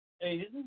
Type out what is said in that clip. Hey